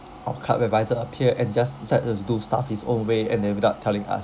our club adviser appeared and just decide us to do stuff his own way and then without telling us